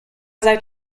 seit